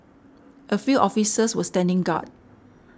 a few officers were standing guard